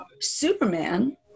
Superman